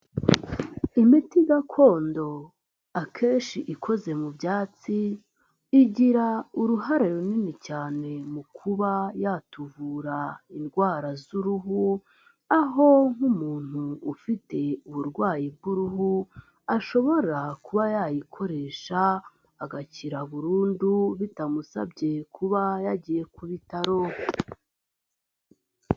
Imiti gakondo akenshi ikoze mu byatsi igira uruhare runini cyane mu kuba yatuvura indwara z'uruhu aho nk'umuntu ufite uburwayi bw'uruhu ashobora kuba yayikoresha agakira burundu bitamusabye kuba yagiye ku bitaro.